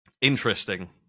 interesting